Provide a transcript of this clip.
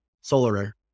solar